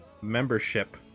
membership